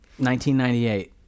1998